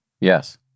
Yes